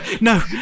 no